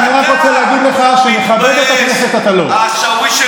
אתה, אתה לא מתבייש.